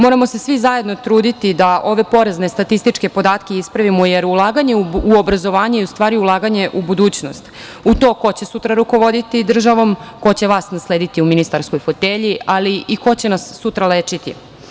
Moramo se svi zajedno truditi da ove porazne statističke podatke ispravimo, jer ulaganje u obrazovanje je, u stvari, ulaganje u budućnost, u to ko će sutra rukovoditi državom, ko će vas naslediti u ministarskoj fotelji, ali i ko će nas sutra lečiti.